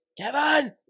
Kevin